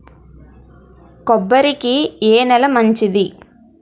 కొబ్బరి కి ఏ నేల మంచిది?